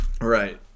Right